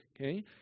Okay